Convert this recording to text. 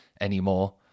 anymore